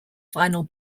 final